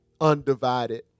Undivided